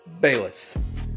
Bayless